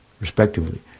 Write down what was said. respectively